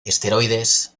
esteroides